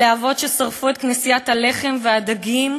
הלהבות ששרפו את כנסיית הלחם והדגים